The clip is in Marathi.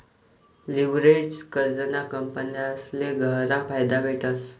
लिव्हरेज्ड कर्जना कंपन्यासले गयरा फायदा भेटस